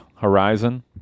horizon